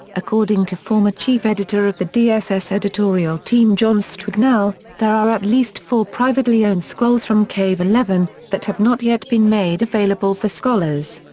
according to former chief editor of the dss editorial team john strugnell, there are at least four privately owned scrolls from cave eleven, that have not yet been made available for scholars.